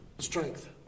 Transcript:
Strength